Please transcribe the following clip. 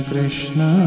Krishna